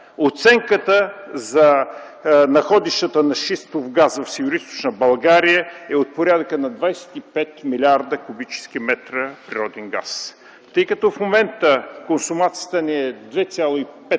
Оценката за находищата на шистов газ в Североизточна България е от порядъка на 25 млрд. куб. м природен газ. Тъй като в момента консумацията ни е 2,5